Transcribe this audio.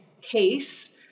case